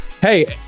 Hey